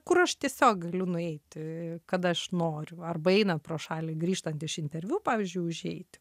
kur aš tiesiog galiu nueiti kada aš noriu arba einant pro šalį grįžtant iš interviu pavyzdžiui užeiti